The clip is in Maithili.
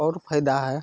आओर फाइदा हइ